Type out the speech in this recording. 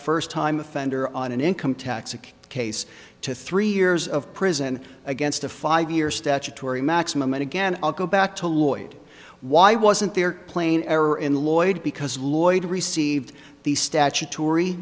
first time offender on an income tax of case to three years of prison against a five year statutory maximum and again i'll go back to lou oid why wasn't there plain error in lloyd because lloyd received the statutory